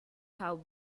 have